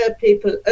people